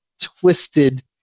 twisted